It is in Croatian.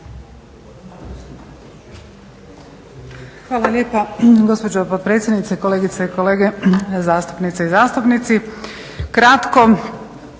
Hvala lijepa gospođo potpredsjednice, kolegice i kolege zastupnice i zastupnici. Kratko,